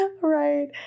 Right